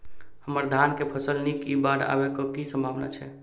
हम्मर धान केँ फसल नीक इ बाढ़ आबै कऽ की सम्भावना छै?